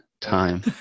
time